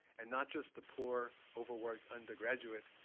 and not just the poor overworked undergraduate,